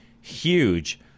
huge